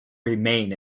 remain